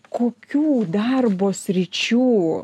kokių darbo sričių